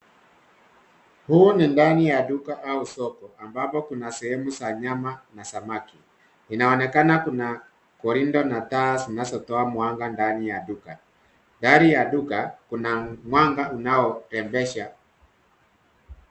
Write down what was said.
Huu ni ndani ya duka au soko ambapo kuna sehemu za nyama na samaki. Inaonekana kuna corridor na taa zinazotoa mwanga ndani ya duka. Dari ya duka kuna mwanga unaorembesha.